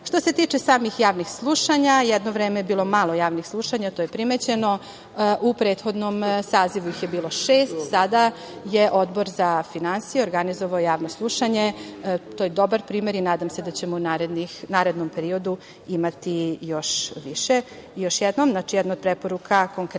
se tiče samih javnih slušanja. Jedno vreme je bilo malo javnih slušanja, to je primećeno. U prethodnom sazivu ih je bilo šest, sada je Odbor za finansije organizovao javno slušanje. To je dobar primer i nadam se da ćemo u narednom periodu imati još više. Još jednom, preporuka konkretna